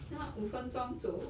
ya lah 五分钟走